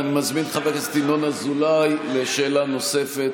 אני מזמין את חבר הכנסת ינון אזולאי לשאלה נוספת,